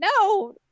no